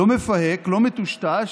לא מפהק, לא מטושטש.